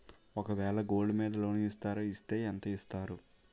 ఒక వేల గోల్డ్ మీద లోన్ ఇస్తారా? ఇస్తే ఎంత ఇస్తారు?